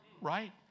right